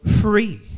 free